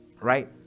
right